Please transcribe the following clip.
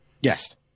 yes